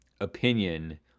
opinion